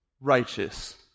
righteous